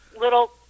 little